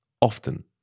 often